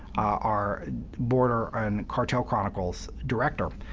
our border and cartel chronicles director,